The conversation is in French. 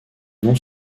non